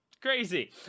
crazy